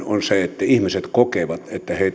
se että ihmiset kokevat että heitä